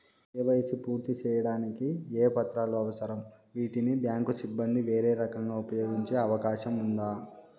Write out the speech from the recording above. KYC పూర్తి సేయడానికి ఏ పత్రాలు అవసరం, వీటిని బ్యాంకు సిబ్బంది వేరే రకంగా ఉపయోగించే అవకాశం ఉందా?